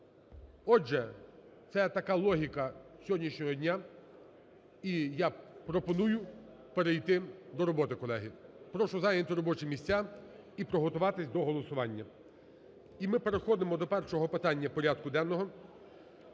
Отже, це така логіка сьогоднішнього дня і я пропоную перейти до роботи, колеги прошу зайняти робочі місця і приготуватись до голосування. І ми переходимо до першого питання порядку денного